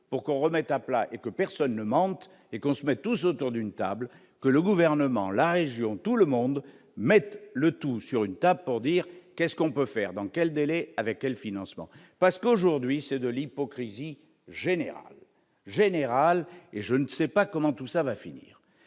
pour qu'on remette à plat et que personne ne monte et qu'on se mette tous autour d'une table, que le gouvernement, la région, tout le monde mette le tout sur une table pour dire qu'est-ce qu'on peut faire dans quel délai avec quel financement, parce qu'aujourd'hui, c'est de l'hypocrisie générale général et je ne sais pas comment tout ça va finir,